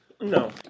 No